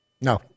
No